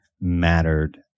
mattered